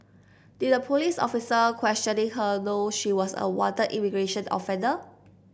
did the police officer questioning her know she was a wanted immigration offender